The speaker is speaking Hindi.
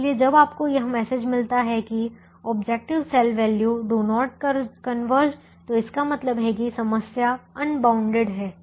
इसलिए जब आपको यह मैसेज मिलता है कि objective cell value do not converge तो इसका मतलब है कि समस्या अनबाउंडेड है